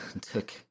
took